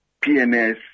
PNS